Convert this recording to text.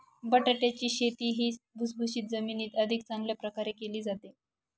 बटाट्याची शेती ही भुसभुशीत जमिनीत अधिक चांगल्या प्रकारे केली जाते